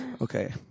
okay